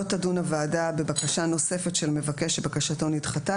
(ז) לא תדון בוועדה בבקשה נוספת של מבקש שבקשתו נדחתה,